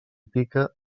pica